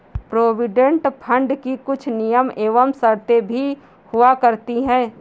provident fund की कुछ नियम एवं शर्तें भी हुआ करती हैं